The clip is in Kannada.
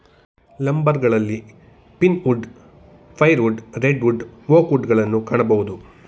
ಲಂಬರ್ಗಳಲ್ಲಿ pinewood, firewood, redwood, oak wood ಗಳನ್ನು ಕಾಣಬೋದು